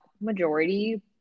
majority